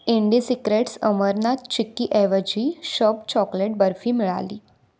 इंडीसिक्रेट्स अमरनाथ चिक्की ऐवजी shop chocolate barfi मिळाली